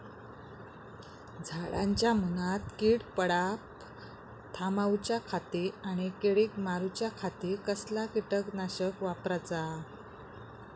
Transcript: झाडांच्या मूनात कीड पडाप थामाउच्या खाती आणि किडीक मारूच्याखाती कसला किटकनाशक वापराचा?